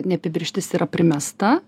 neapibrėžtis yra primesta